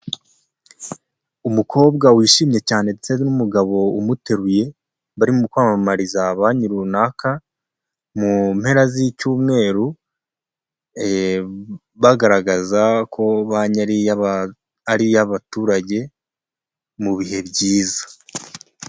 Umukobwa wishimye cyane ndetse n'umugabo umuteruye bari mu kwamamariza banki runaka mu mpera z'icyumweru ee bagaragaza ko banki ari iyabaturage mu bihe byiza.